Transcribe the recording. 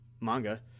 manga